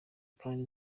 kandi